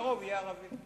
והרוב יהיה ערבי-פלסטיני.